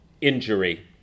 injury